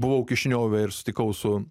buvau kišiniove ir susitikau su